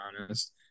honest